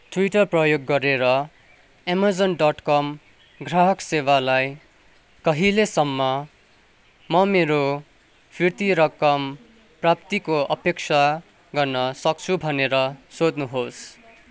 Twitter प्रयोग गरेर Amazon dot com ग्राहक सेवालाई कहिलेसम्म म मेरो फिर्ती रकम प्राप्तिको अपेक्षा गर्न सक्छु भनेर सोध्नुहोस्